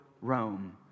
Rome